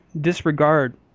disregard